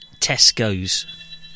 Tesco's